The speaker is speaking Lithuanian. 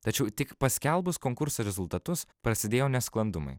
tačiau tik paskelbus konkurso rezultatus prasidėjo nesklandumai